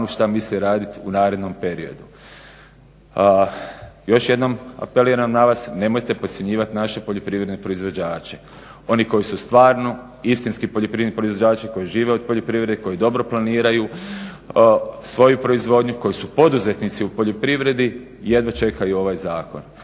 što misli raditi u narednom periodu. Još jednom apeliram na vas nemojte podcjenjivati naše poljoprivredne proizvođače. Oni koji su stvarno istinski poljoprivredni proizvođači koji žive od poljoprivrede i koji dobro planiraju svoju proizvodnju koju su poduzetnici u poljoprivredi, jedva čekaju ovaj zakon.